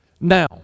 Now